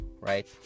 right